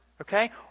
okay